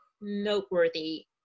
noteworthy